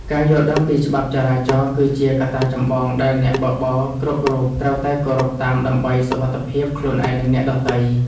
ការយល់ដឹងពីច្បាប់ចរាចរណ៍គឺជាកត្តាចម្បងដែលអ្នកបើកបរគ្រប់រូបត្រូវតែគោរពតាមដើម្បីសុវត្ថិភាពខ្លួនឯងនិងអ្នកដទៃ។